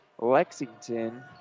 Lexington